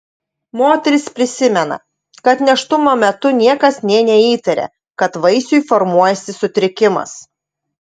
moteris prisimena kad nėštumo metu niekas nė neįtarė kad vaisiui formuojasi sutrikimas